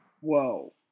Whoa